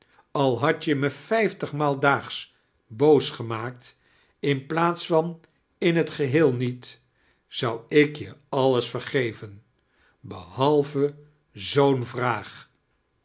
al hadt je me vijftdg maal daage boos gemaakt in plaats van in het geheel niet zou ik j allee vergeven bebalve zoo'n vraag